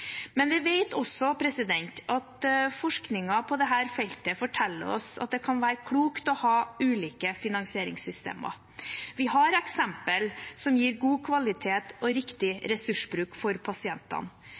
Men vi vet også at forskningen på dette feltet forteller oss at det kan være klokt å ha ulike finansieringssystemer. Vi har eksempler som gir god kvalitet og